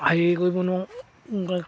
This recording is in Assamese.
হেৰি কৰিব নোৱাৰোঁ কি কয়